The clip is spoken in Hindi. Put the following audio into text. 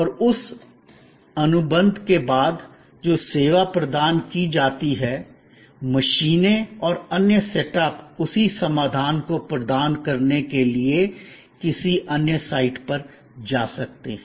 और उस अनुबंध के बाद जो सेवा प्रदान की जाती है मशीनें और अन्य सेटअप उसी समाधान को प्रदान करने के लिए किसी अन्य साइट पर जा सकते हैं